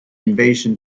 invasion